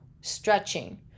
stretching